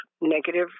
negative